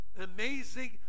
Amazing